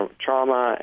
trauma